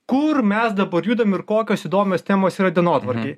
kur mes dabar judam ir kokios įdomios temos yra dienotvarkėj